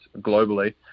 globally